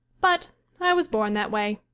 but i was born that way,